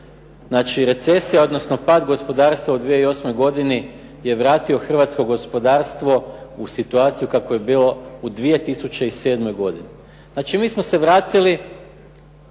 Znači recesija, odnosno pad gospodarstva u 2008. godini je vratio hrvatsko gospodarstvo u situaciju kako je bilo u 2007. godini. Znači mi smo se vratili